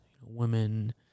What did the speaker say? women